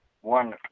one